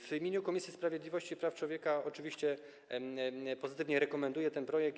W imieniu Komisji Sprawiedliwości i Praw Człowieka oczywiście pozytywnie rekomenduję ten projekt.